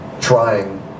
trying